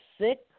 sick